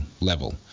level